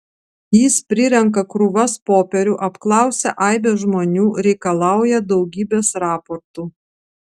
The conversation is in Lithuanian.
jis prirenka krūvas popierių apklausia aibes žmonių reikalauja daugybės raportų